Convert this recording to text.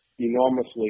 enormously